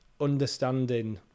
understanding